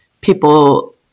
people